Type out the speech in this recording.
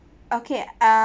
okay uh